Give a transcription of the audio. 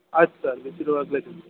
ಆಯಿತು ಸರ್ ಬಿಸಿಯಿರುವಾಗಲೇ ತಿಂತೀನಿ